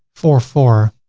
four, four,